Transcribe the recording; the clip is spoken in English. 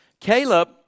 Caleb